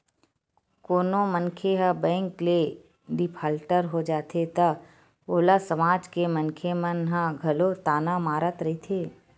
कोनो मनखे ह बेंक ले डिफाल्टर हो जाथे त ओला समाज के मनखे मन ह घलो ताना मारत रहिथे